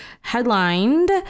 headlined